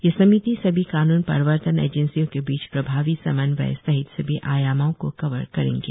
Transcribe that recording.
यह समिति सभी कान्न प्रर्वतन एजेंसियों के बीच प्रभावी समन्वय सहित सभी आयामों को कवर करेंगे